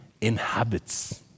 inhabits